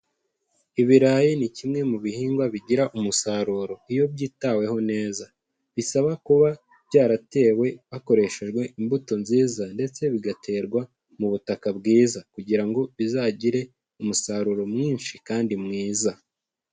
Ibirayi ni kimwe mu bihingwa bigira umusaruro. Iyo byitaweho neza. Bisaba kuba byaratewe hakoreshejwe imbuto nziza ndetse bigaterwa mu butaka bwiza kugira ngo bizagire umusaruro mwinshi kandi mwiza.